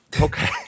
okay